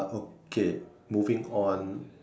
okay moving on